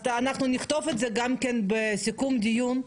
אנחנו נכתוב את זה גם בסיכום הדיון,